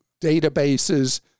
databases